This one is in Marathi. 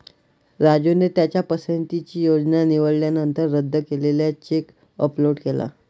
राजूने त्याच्या पसंतीची योजना निवडल्यानंतर रद्द केलेला चेक अपलोड केला